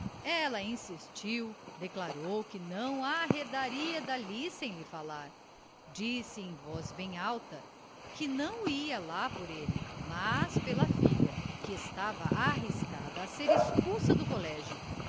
ela insistiu declarou que não arredaria dali sem lhe falar disse em voz bem alta que não ia lá por ele mas pela filha que estava arriscada a ser expulsa do colégio